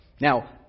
Now